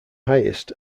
highest